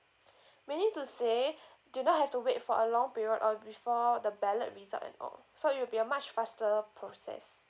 meaning to say do not have to wait for a long period or before the ballot result and all so it'll be a much faster process